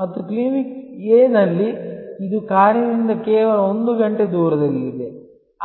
ಮತ್ತು clinic A ನಲ್ಲಿ ಇದು ಕಾರಿನಿಂದ ಕೇವಲ 1 ಗಂಟೆ ದೂರದಲ್ಲಿದೆ